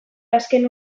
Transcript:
azken